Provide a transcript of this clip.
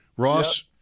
Ross